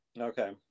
Okay